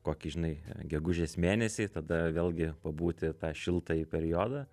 kokį žinai gegužės mėnesį tada vėlgi pabūti tą šiltąjį periodą